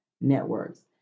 networks